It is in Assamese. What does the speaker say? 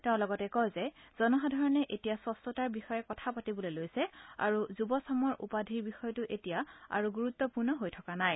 তেওঁ লগতে কয় যে জনসাধাৰণে এতিয়া স্ক্ছতাৰ বিষয়ে কথা পাতিবলৈ লৈছে আৰু যুব চামৰ উপাধিৰ বিষয়টো এতিয়া আৰু গুৰুত্পূৰ্ণ হৈ থকা নাই